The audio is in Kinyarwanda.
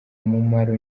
umumaro